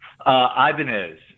ibanez